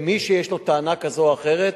ומי שיש לו טענה כזאת או אחרת,